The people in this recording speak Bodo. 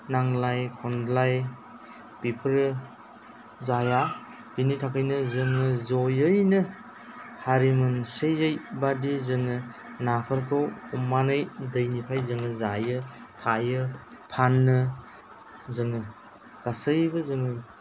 नांलाय खमलाय बेफोरो जाया बेनि थाखायनो जोङो ज'यैनो हारि मोनसेयै बादि जोङो नाफोरखौ हमनानै दैनिफ्राय जोङो जायो थायो फानो जोङो गासैबो जोङो